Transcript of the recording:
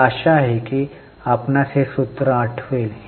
मला आशा आहे की आपणास हे सूत्र आठवेल